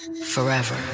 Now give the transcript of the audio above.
Forever